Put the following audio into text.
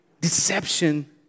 deception